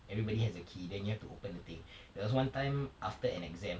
everybody has a key then you have to open the thing there was one time after an exam